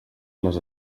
les